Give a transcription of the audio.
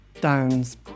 downs